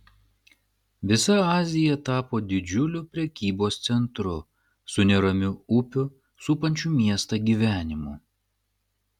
visa azija tapo didžiuliu prekybos centru su neramiu upių supančių miestą gyvenimu